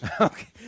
Okay